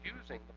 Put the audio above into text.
using